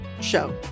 show